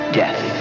death